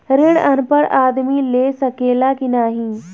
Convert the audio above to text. ऋण अनपढ़ आदमी ले सके ला की नाहीं?